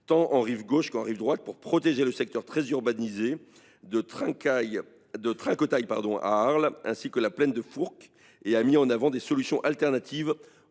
tant en rive gauche qu’en rive droite, pour protéger le secteur très urbanisé de Trinquetaille à Arles ainsi que la plaine de Fourques. Elle a également mis en avant des solutions alternatives